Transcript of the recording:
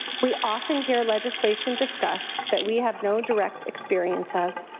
we often hear legislation discussed that we have no direct experience of,